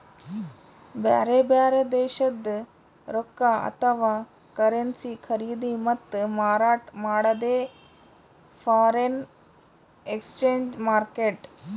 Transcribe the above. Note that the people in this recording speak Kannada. ಬ್ಯಾರೆ ಬ್ಯಾರೆ ದೇಶದ್ದ್ ರೊಕ್ಕಾ ಅಥವಾ ಕರೆನ್ಸಿ ಖರೀದಿ ಮತ್ತ್ ಮಾರಾಟ್ ಮಾಡದೇ ಫಾರೆನ್ ಎಕ್ಸ್ಚೇಂಜ್ ಮಾರ್ಕೆಟ್